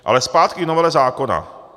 Ale zpátky k novele zákona.